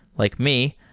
like me,